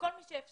מכל מי שאפשר,